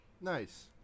Nice